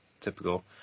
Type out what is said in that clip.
typical